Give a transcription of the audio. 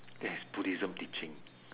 that is buddhism teaching